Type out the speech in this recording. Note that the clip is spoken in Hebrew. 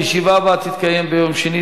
הישיבה הבאה תתקיים ביום שני,